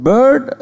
Bird